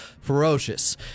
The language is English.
ferocious